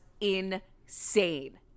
insane